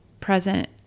present